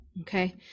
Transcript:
okay